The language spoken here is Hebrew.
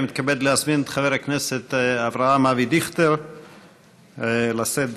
אני מתכבד להזמין את חבר הכנסת אבי דיכטר לשאת דברים.